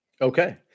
Okay